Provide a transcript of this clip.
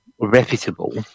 reputable